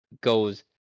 goes